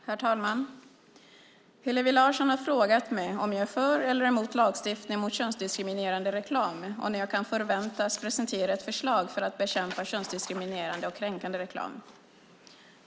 Herr talman! Hillevi Larsson har frågat mig om jag är för eller emot lagstiftning mot könsdiskriminerande reklam och när jag kan förväntas presentera ett förslag för att bekämpa könsdiskriminerande och kränkande reklam.